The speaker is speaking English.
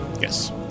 Yes